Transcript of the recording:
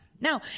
Now